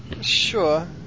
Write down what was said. Sure